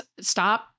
stop